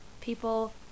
people